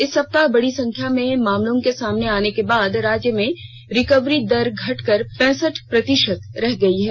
इस सप्ताह बड़ी संख्या में मामलों के सामने आने के बाद राज्य में रिकवरी दर घटकर पैंसठ प्रतिशत रह गई है